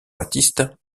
baptiste